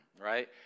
right